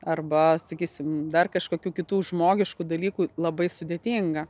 arba sakysim dar kažkokių kitų žmogiškų dalykų labai sudėtinga